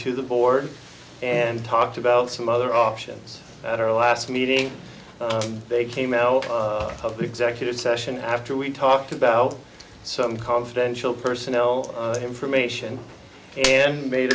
to the board and talked about some other options at our last meeting they came out of the executive session after we talked about some confidential personnel information and made